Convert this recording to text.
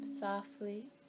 softly